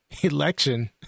election